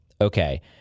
okay